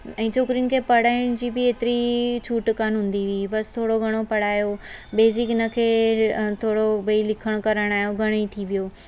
ऐं छोकिरिन खे पढ़ाइण जी बि एतिरी छूट कोन्ह हूंदी हुई बसि थोरो घणो पढ़ायो बेसिक हिनखे भई थोरो घणो लिखण करण आयो भई घणेई थी वियो